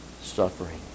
suffering